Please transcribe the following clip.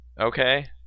Okay